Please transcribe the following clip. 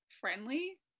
Friendly